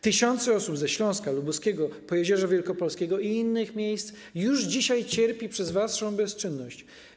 Tysiące osób ze Śląska, Lubuskiego, Pojezierza Wielkopolskiego i innych miejsc już dzisiaj cierpi przez waszą bezczynność.